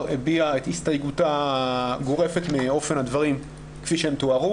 הביעה את הסתייגותה הגורפת מאופן הדברים כפי שהם תוארו.